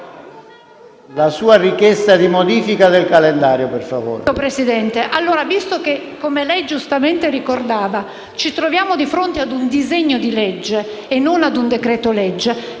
la sua richiesta di modifica del calendario, per favore.